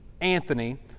Anthony